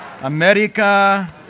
America